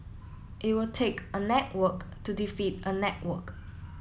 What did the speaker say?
it will take a network to defeat a network